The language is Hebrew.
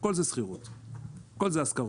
הכול זה שכירות, הכול זה השכרות.